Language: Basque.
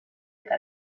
eta